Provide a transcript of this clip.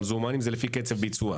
במזומנים זה לפי קצב ביצוע.